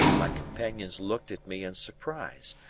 my companions looked at me in surprise.